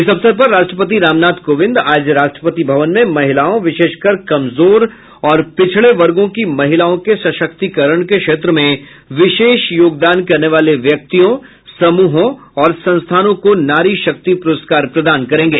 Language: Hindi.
इस अवसर पर राष्ट्रपति रामनाथ कोविंद आज राष्ट्रपति भवन में महिलाओं विशेषकर कमजोर और पिछड़े वर्गों की महिलाओं के सशक्तिकरण के क्षेत्र में विशेष योगदान करने वाले व्यक्तियों समूहों और संस्थानों को नारी शक्ति पुरस्कार प्रदान करेंगे